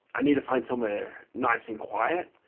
i need to find somewhere nice and quiet.